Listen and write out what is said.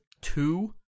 two